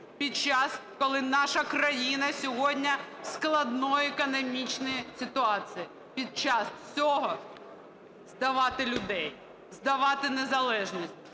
коли наша країна сьогодні в складній економічній ситуації, під час всього здавати людей, здавати незалежність,